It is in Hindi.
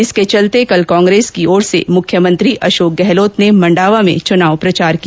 इसके चलते कल कांग्रेस की ओर से मुख्यमंत्री अशोक गहलोत ने मंडावा में चुनाव प्रचोर किया